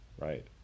right